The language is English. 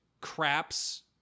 Craps